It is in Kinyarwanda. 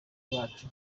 bacu